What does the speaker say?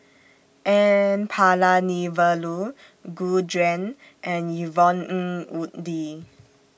N Palanivelu Gu Juan and Yvonne Ng Uhde